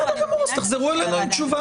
אז תחזרו אלינו עם תשובה.